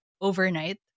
overnight